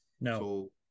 No